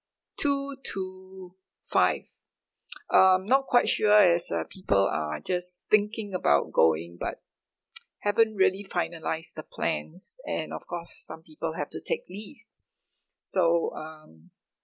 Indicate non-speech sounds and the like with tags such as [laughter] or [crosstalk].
two to five [noise] um not quite sure as uh people are just thinking about going but [noise] haven't really finalise the plans and of course some people have to take leave so um